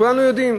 כולנו יודעים